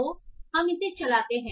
तो हम इसे चलाते हैं